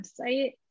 website